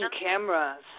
cameras